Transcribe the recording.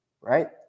right